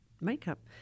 makeup